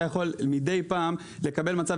אתה יכול מדי פעם לקבל מצב,